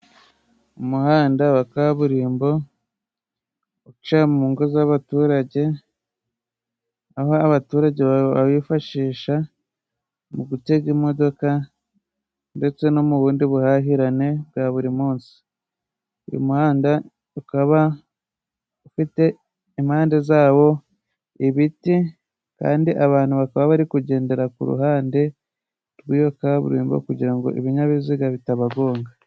Umuhanda wa kaburimbo uca mu ngo z'abaturage aho abaturage bawifashisha mu gutega imodoka ndetse no mu bundi buhahirane bwa buri munsi. Uyu muhanda ukaba ufite impande zawo ibiti, kandi abantu bakaba bari kugendera ku ruhande rw'iyo kaburimbo kugirango ibinyabiziga bitabagonga.